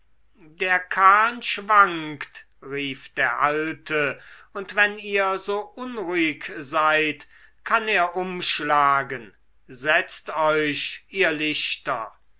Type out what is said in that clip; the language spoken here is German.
der kahn schwankt rief der alte und wenn ihr so unruhig seid kann er umschlagen setzt euch ihr lichter